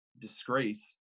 disgrace